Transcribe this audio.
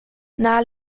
nahe